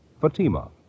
Fatima